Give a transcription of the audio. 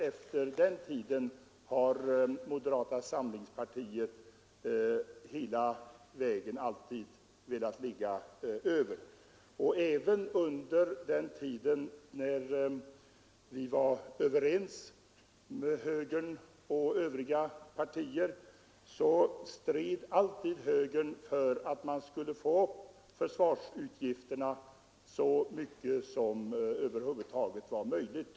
Efter den tiden har moderata samlingspartiet hela vägen alltid velat ligga över. Även under den tid då högern och övriga partier var överens stred alltid högern för att få upp försvarsutgifterna så mycket som det över huvud taget var möjligt.